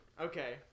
Okay